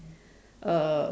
uh